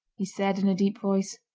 he said in a deep voice,